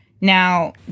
Now